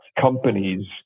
companies